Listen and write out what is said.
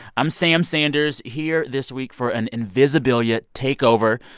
i'm sam sanders, here this week for an invisibilia takeover.